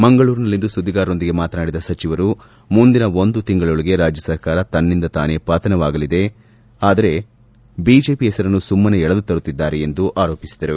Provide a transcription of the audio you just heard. ಮಂಗಳೂರಿನಲ್ಲಿಂದು ಸುದ್ಗಿಗಾರರೊಂದಿಗೆ ಮಾತನಾಡಿದ ಸಚಿವರು ಮುಂದಿನ ಒಂದು ತಿಂಗಳೊಳಗೆ ರಾಜ್ಯ ಸರ್ಕಾರ ತನ್ನಿಂದ ತಾನೇ ಪತನವಾಗಲಿದೆ ಆದರೆ ಬಿಜೆಪಿ ಹೆಸರನ್ನು ಸುಮ್ನನೆ ಎಳೆದು ತರುತ್ತಿದ್ದಾರೆ ಎಂದು ಆರೋಪಿಸಿದರು